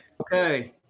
Okay